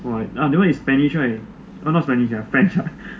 !wah! that one is spanish right orh not spanish ah french ah